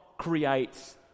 creates